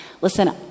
listen